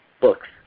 books